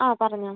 ആ പറഞ്ഞോളൂ